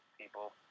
people